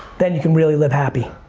then you can really live happy.